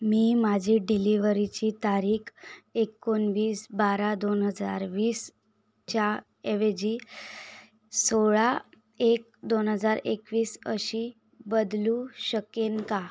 मी माझी डिलिव्हरीची तारीख एकोणवीस बारा दोन हजार वीसच्या ऐवजी सोळा एक दोन हजार एकवीस अशी बदलू शकेन का